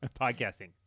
podcasting